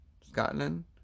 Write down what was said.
Scotland